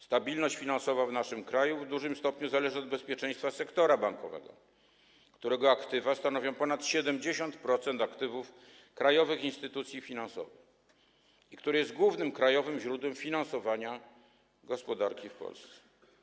Stabilność finansowa w naszym kraju w dużym stopniu zależy od bezpieczeństwa sektora bankowego, którego aktywa stanowią ponad 70% aktywów krajowych instytucji finansowych i który jest głównym krajowym źródłem finansowania gospodarki w Polsce.